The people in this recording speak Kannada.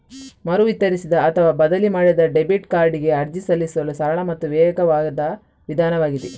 ಮರು ವಿತರಿಸಿದ ಅಥವಾ ಬದಲಿ ಮಾಡಿದ ಡೆಬಿಟ್ ಕಾರ್ಡಿಗೆ ಅರ್ಜಿ ಸಲ್ಲಿಸಲು ಸರಳ ಮತ್ತು ವೇಗವಾದ ವಿಧಾನವಾಗಿದೆ